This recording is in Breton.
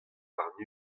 warn